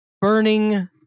burning